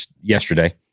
yesterday